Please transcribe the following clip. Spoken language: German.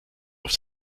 auf